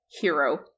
hero